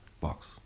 box